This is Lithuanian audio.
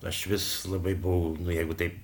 aš vis labai buvau nu jeigu taip